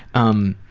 um,